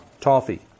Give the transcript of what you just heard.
toffee